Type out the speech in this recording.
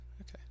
okay